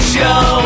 Show